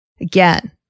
again